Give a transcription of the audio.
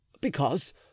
Because